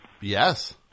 Yes